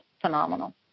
phenomenal